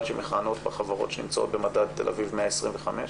שמכהנות בחברות שנמצאות במדד ת"א 125,